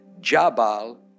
Jabal